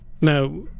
Now